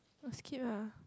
must keep lah